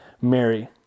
Mary